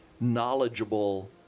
knowledgeable